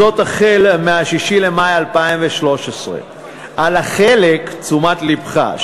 מ-6 במאי 2013. לתשומת לבך,